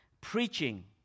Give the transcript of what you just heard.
preaching